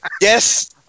Yes